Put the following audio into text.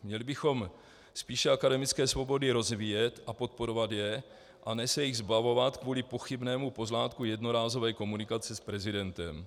Měli bychom spíše akademické svobody rozvíjet a podporovat je, a ne se jich zbavovat kvůli pochybnému pozlátku jednorázové komunikace s prezidentem.